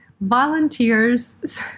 Volunteers